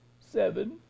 seven